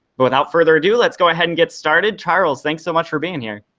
but without further ado, let's go ahead and get started. charles, thanks so much for being here.